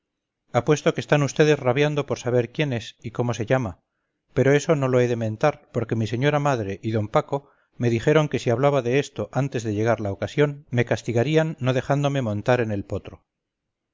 están vds rabiando por saber quién es y cómo se llama pero eso no lo he de mentar porque mi señora madre y d paco me dijeron que si hablaba de esto antes de llegar la ocasión me castigarían no dejándome montar en el potro